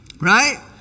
right